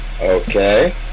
Okay